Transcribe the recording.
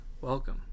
Welcome